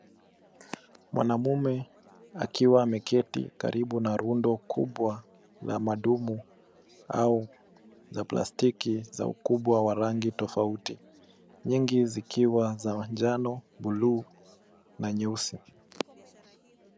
Mwanamume akiwa ameketi karibu na rundo kubwa la madumu au za plastiki za ukubwa wa rangi tofauti, nyingi zikiwa za manjano, bluu na nyeusi.